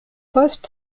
post